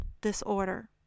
disorder